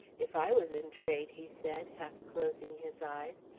if i was in trade, he said, half closing his eyes,